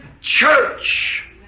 church